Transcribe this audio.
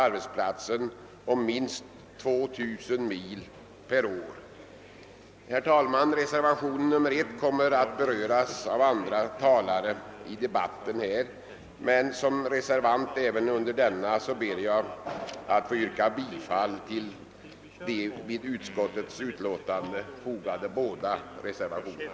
Reservationen 1 kommer att beröras av andra talare i debatten här, men som reservant även under denna reservation ber jag att få yrka bifall till de vid utskottets betänkande fogade båda reservationerna.